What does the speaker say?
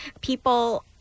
people